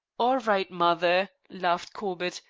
all right, mother, laughed corbett.